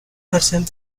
person